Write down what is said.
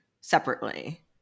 separately